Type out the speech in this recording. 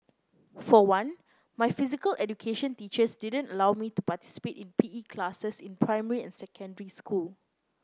for one my physical education teachers didn't allow me to participate in P E classes in primary and secondary school